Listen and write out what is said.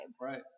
Right